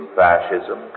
fascism